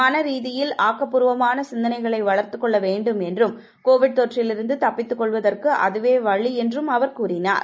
மனரீதியில் ஆக்கப்பூர்வமான சிந்தனைகளை வளர்த்துக் கொள்ள வேண்டும் என்றும் கோவிட் தொற்றிலிருந்து தப்பிக்கொள்வதற்கு அதுவே வழி என்றும் அவர் கூறினார்